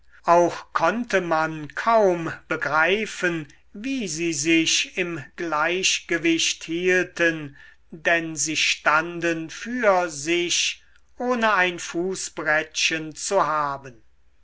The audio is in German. auch konnte man kaum begreifen wie sie sich im gleichgewicht hielten denn sie standen für sich ohne ein fußbrettchen zu haben